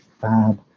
Fab